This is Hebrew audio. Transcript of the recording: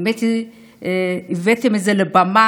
באמת הבאתם את זה לבמה.